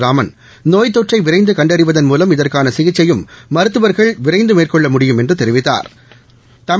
ராமன் நோய்த்தொற்றை விரைந்து கண்டறிவதன் மூவம் இதற்கான சிகிச்சையும் மருத்துவா்கள் விரைந்து மேற்கொள்ள முடியும் என்று தெரிவித்தாா்